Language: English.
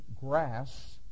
grass